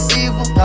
evil